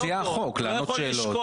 מציע החוק, לענות שאלות.